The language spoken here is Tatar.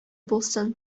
булсын